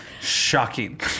Shocking